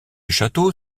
château